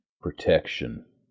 protection